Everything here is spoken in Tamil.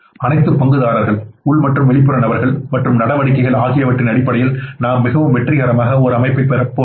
அனைத்து பங்குதாரர்கள் உள் மற்றும் வெளிப்புற நபர்கள் மற்றும் நடவடிக்கைகள் ஆகியவற்றின் அடிப்படையில் நாம் மிகவும் வெற்றிகரமான ஒரு அமைப்பைப் பெறப்போகிறோம்